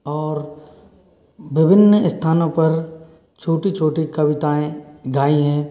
और विभिन्न स्थानों पर छोटी छोटी कविताएं गाई है